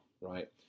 right